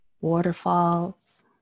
waterfalls